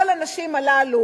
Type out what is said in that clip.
כל הנשים הללו,